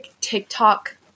TikTok